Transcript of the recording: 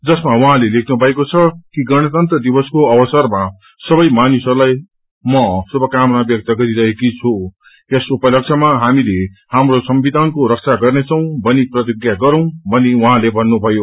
जसमा उहाँले लेख्नुभएको छ कि गणतन्त्र दिवसको अवसरमा सबै मानिसहरूलाई म शुभकामना शुभकामना व्यक्त गरिरहेकी छु यस उपलक्ष्यमा हामीले हाम्रो संविधानको रक्षा गर्नेछौ भनी प्रतिज्ञा गरौं भनि उहाँले भन्नुभयो